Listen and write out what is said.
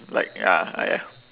like ya !aiya!